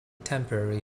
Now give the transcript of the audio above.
temporary